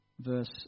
verse